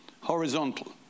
horizontal